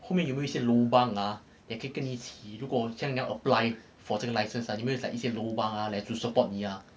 后面有没有一些 lobang ah 也可以跟你一起如果像你要 apply for 这个 license ah 有没有一些 lobang ah 来 support 你啊